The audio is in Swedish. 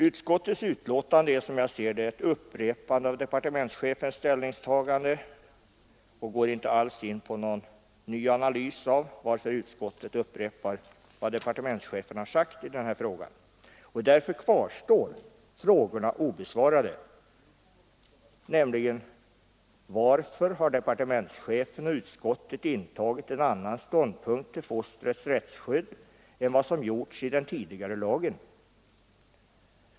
Utskottets betänkande är, som jag ser det, ett upprepande av departementschefens ställningstagande och går inte alls in på någon analys av varför utskottet upprepar vad departementschefen sagt i denna fråga. Därför kvarstår frågorna obesvarade: Varför har departementschefen och utskottet intagit en annan ståndpunkt till fostrets rättsskydd än vad som gjorts i den tidigare lagen?